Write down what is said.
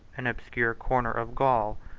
an obscure corner of gaul,